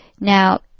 Now